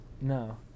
No